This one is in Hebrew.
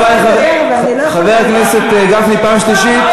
חבר הכנסת גפני, פעם שנייה.